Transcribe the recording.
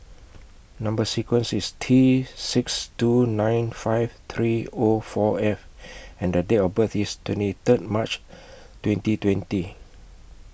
Number sequence IS T six two nine five three O four F and The Date of birth IS twenty Third March twenty twenty